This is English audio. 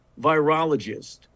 virologist